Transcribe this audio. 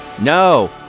no